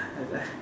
have a